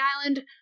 island